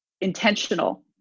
intentional